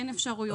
אין אפשרויות.